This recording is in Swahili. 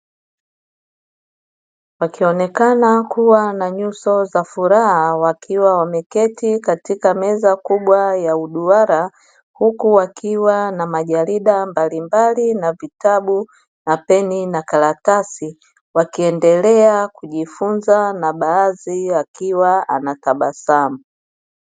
Wakionekana kuwa na nyuso za furaha, wakiwa wameketi katika meza kubwa ya duara, huku wakiwa na majarida mbalimbali, na vitabu, na peni na karatasi. Wakiendelea kujifunza na baadhi wakiwa wanatabasamu.